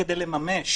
כדי לממש